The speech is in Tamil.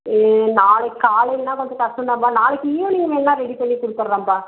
நாளைக்கு காலையிலேனா கொஞ்சம் கஷ்டம் தான்ப்பா நாளைக்கு ஈவினிங் வேணா ரெடி பண்ணிக் கொடுத்தட்றேன்ப்பா